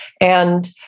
And-